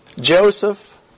Joseph